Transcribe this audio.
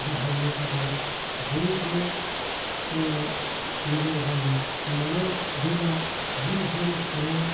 बाहायनो थाखाय बयबो मोजां जायो माने दैया जि जोम सुनाय